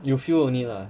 you feel only lah